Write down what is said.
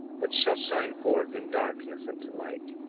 which shall shine forth in darkness unto light,